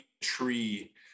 tree